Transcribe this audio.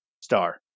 Star